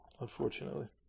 unfortunately